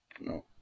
No